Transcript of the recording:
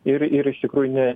ir ir iš tikrųjų ne